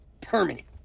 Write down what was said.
permanent